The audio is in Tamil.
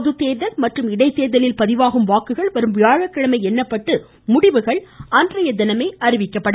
பொதுத்தேர்தல் மற்றும் இடைத்தேர்தலில் பதிவாகும் வாக்குகள் வரும் வியாழக்கிழமை எண்ணப்பட்டு முடிவுகள் அன்றைய தினமே அறிவிக்கப்படும்